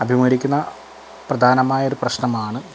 അഭിമുഖീകരിക്കുന്ന പ്രധാനമായൊരു പ്രശ്നമാണ്